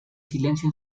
silencio